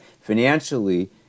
Financially